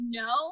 no